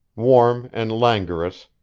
warm and languorous,